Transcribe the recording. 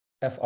FR